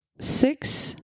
Six